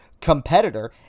competitor